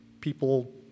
people